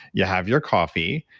you have your coffee.